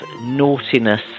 naughtiness